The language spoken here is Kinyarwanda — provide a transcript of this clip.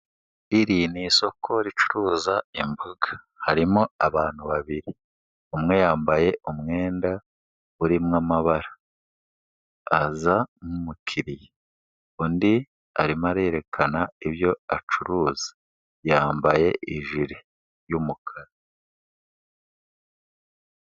Iri iri ni isoko ricuruza imboga, harimo abantu babiri, umwe yambaye umwenda urimo amabara, aza nk'umukiriya, undi arimo arerekana ibyo acuruza, yambaye ijire y'umukara.